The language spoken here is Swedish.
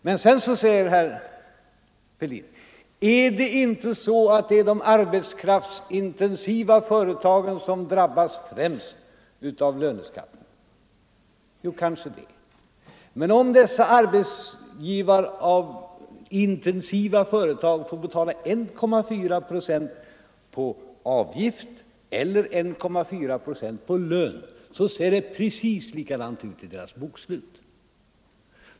Men sedan säger herr Fälldin: Är det inte så att det är de arbets kraftsintensiva företagen som främst drabbas av löneskatten? Jo, kanske det! Men om dessa arbetskraftsintensiva företag får betala 1,4 procent i avgift eller 1,4 procent på lönen, så ser det precis likadant ut i deras bokslut.